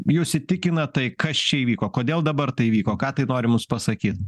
jus įtikina tai kas čia įvyko kodėl dabar tai įvyko ką tai nori mus pasakyt